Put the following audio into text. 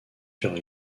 sur